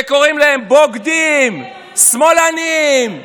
וקוראים להם בוגדים, שמאלנים,